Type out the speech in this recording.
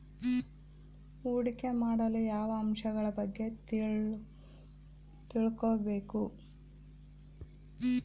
ಹೂಡಿಕೆ ಮಾಡಲು ಯಾವ ಅಂಶಗಳ ಬಗ್ಗೆ ತಿಳ್ಕೊಬೇಕು?